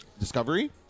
Discovery